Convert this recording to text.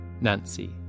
Nancy